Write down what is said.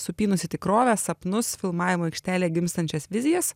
supynusi tikrovės sapnus filmavimo aikštelėje gimstančias vizijas